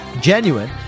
Genuine